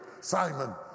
Simon